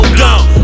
gone